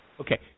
Okay